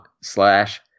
slash